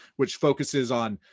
which focuses on,